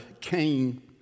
came